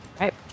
Right